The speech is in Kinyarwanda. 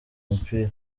umupira